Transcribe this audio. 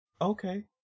okay